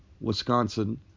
Wisconsin